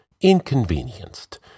inconvenienced